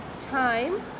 time